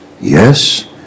Yes